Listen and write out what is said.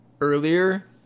earlier